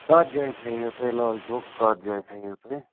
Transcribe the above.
کَتھ جایہِ تھَییوُ تۄہہِ لال چوک کَتھ جایہِ تھَییوُ تۄہہِ